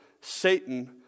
Satan